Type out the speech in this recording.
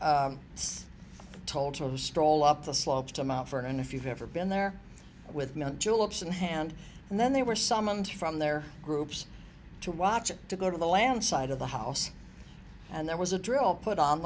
told to stroll up the slope to mount vernon if you've ever been there with mint juleps in hand and then they were summoned from their groups to watch it to go to the land side of the house and there was a drill put on